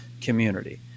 community